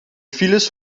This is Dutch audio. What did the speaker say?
files